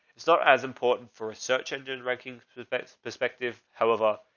it's not as important for a search engine ranking for the best perspective. however,